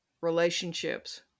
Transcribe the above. relationships